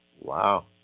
Wow